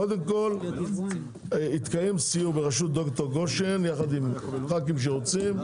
קודם כל יתקיים סיור בראשות ד"ר גושן יחד עם ח"כים שרוצים.